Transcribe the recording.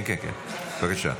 בבקשה.